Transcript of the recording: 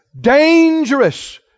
Dangerous